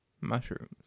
mushrooms